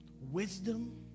wisdom